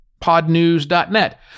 podnews.net